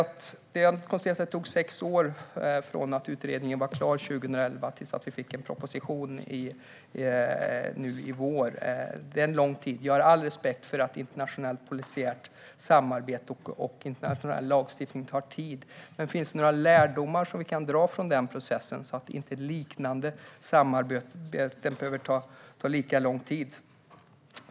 Jag konstaterar att det tog sex år från att utredningen var klar 2011 till att vi fick en proposition nu i vår. Detta är lång tid. Jag har all respekt för att internationellt polisiärt samarbete och internationellt lagstiftningsarbete tar tid, men finns det några lärdomar som vi kan dra från den processen så att liknande samarbeten inte behöver ta lika lång tid?